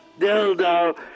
dildo